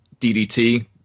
DDT